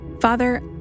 Father